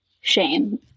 shame